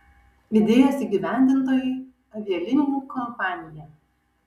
idėjos įgyvendintojai avialinijų kompanija